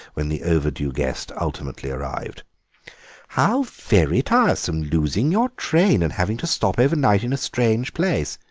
when the overdue guest ultimately arrived how very tiresome losing your train and having to stop overnight in a strange place.